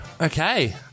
Okay